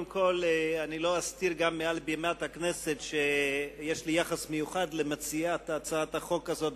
אני גם לא אסתיר מעל במת הכנסת שיש לי יחס מיוחד למציעת הצעת החוק הזאת,